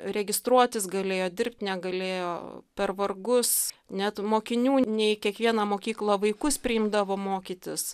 registruotis galėjo dirbti negalėjo per vargus net mokinių ne į kiekvieną mokyklą vaikus priimdavo mokytis